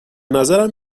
نظرم